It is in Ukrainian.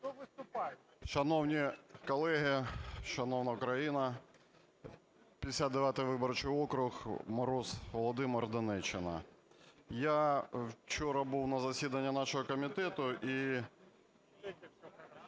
Шановні колеги, шановна країна! 59 виборчий округ, Мороз Володимир, Донеччина. Я вчора був на засіданні нашого комітету і